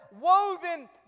woven